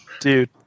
Dude